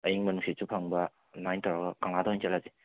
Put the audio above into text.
ꯑꯌꯤꯡꯕ ꯅꯨꯡꯁꯤꯠꯁꯨ ꯐꯪꯕ ꯑꯗꯨꯃꯥꯏꯅ ꯇꯧꯔꯒ ꯊꯪꯂꯥꯗ ꯑꯣꯏꯅ ꯆꯠꯂꯁꯦ